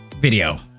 video